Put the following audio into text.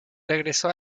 regresó